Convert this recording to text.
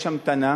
יש המתנה.